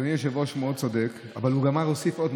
אדוני היושב-ראש מאוד צודק, אבל הוא אמר עוד משהו.